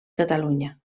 catalunya